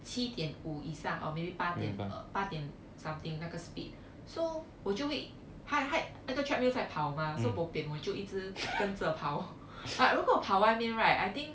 七点五以上 or maybe 八点 uh 八点 something 那个 speed so 我就会它它那个 treadmill 在跑吗 so bo pian 我就一直跟着跑如果我跑外面 right I think